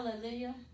Hallelujah